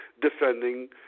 defending